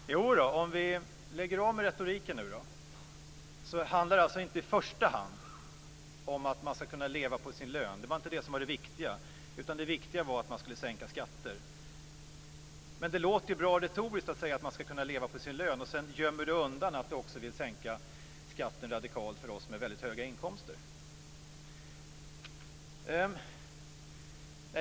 Fru talman! Jodå, låt oss lägga om retoriken. Det handlar inte i första hand om att leva på sin lön. Det var inte det som var det viktiga. Det viktiga var att sänka skatter. Det låter bra retoriskt att säga att man ska kunna leva på sin lön, men sedan gömmer Bo Lundgren undan att han vill sänka skatten radikalt för oss med höga inkomster.